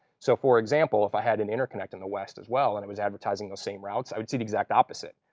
so for example, if i had an interconnect in the west as well, and it was advertising those same routes, i would see the exact opposite.